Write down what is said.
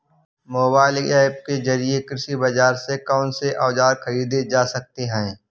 Mobile app के जरिए कृषि बाजार से कौन से औजार ख़रीदे जा सकते हैं?